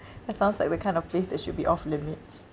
that sounds like the kind of place that should be off limits